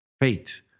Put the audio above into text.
fate